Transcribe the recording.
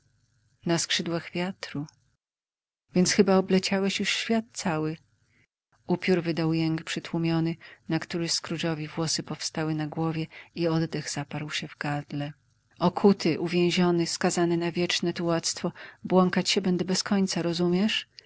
na skrzydłach wiatru więc chyba obleciałeś już świat cały upiór wydał jęk przytłumiony na który scroogeowi włosy powstały na głowie i oddech zaparł się w gardle okuty uwięziony skazany na wieczne tułactwo błąkać się będę bez końca rozumiesz